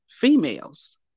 females